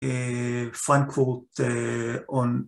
פרנקורט